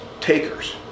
takers